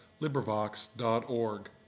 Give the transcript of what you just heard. LibriVox.org